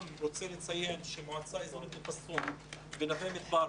אני רוצה לציין שמועצה אזורית אל קסום ונווה מדבר,